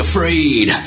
Afraid